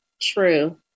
true